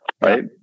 right